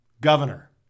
governor